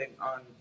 on